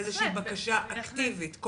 איזושהי בקשה אקטיבית?